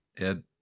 Ed